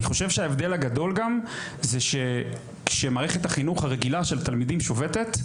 ואני חושב שההבדל הגדול זה שמערכת החינוך הרגילה של התלמידים שובתת,